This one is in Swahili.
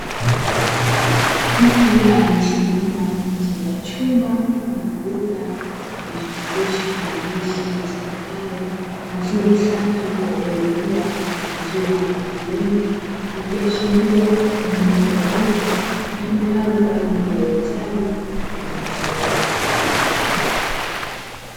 Mtu aliyesimama nje ya chumba mfano wa duka, kilichochapishwa maandishi yasomekayo "maziwa safi kwa bei poa, maziwa ATM", ikiashiria ni eneo la duka litumikalo kwa ajili ya uuzaji wa maziwa.